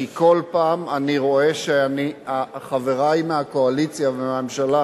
כי כל פעם אני רואה שחברי מהקואליציה ומהממשלה